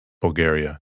Bulgaria